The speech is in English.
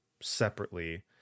separately